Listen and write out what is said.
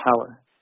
power